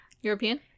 European